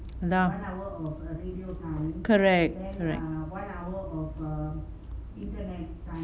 ya correct correct